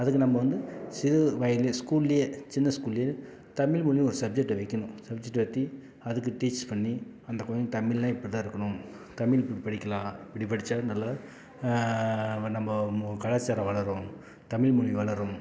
அதுக்கு நம்ம வந்து சிறு வயதிலே ஸ்கூல்லியே சின்ன ஸ்கூல்லியே தமில்மொழினு ஒரு சப்ஜெக்டை வைக்கணும் சப்ஜெக்டை பத்தி அதுக்கு டீச் பண்ணி அந்த குலந்தைங்க தமிழ்னா இப்படி தான் இருக்கணும் தமிழ் புக் படிக்கலாம் இப்படி படிச்சால் நல்லா நம்ப கலாச்சாரம் வளரும் தமிழ்மொழி வளரும்